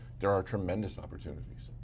there are tremendous opportunities.